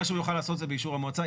מה שהוא יוכל לעשות זה באישור המועצה.